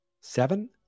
seven